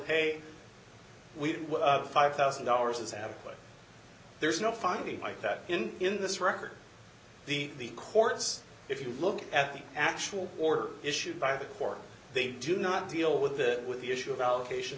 have five thousand dollars as have but there's no finding like that in in this record the courts if you look at the actual order issued by the court they do not deal with the with the issue of allocation